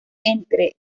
entre